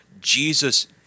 Jesus